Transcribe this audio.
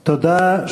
תודה.